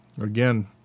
Again